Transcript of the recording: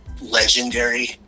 legendary